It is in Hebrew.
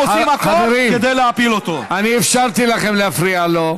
חברים, אני אפשרתי לכם להפריע לו.